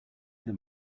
that